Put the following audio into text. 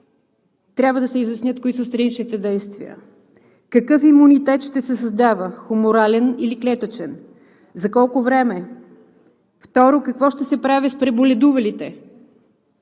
трябва да се изяснят кои са страничните действия, какъв имунитет ще се създава – хоморален или клетъчен, за колко време. Второ, какво ще се прави с преболедувалите?